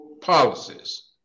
policies